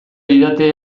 didate